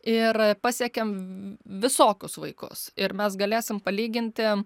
ir pasiekiam visokius vaikus ir mes galėsim palyginti